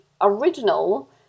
original